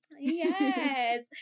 Yes